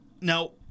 now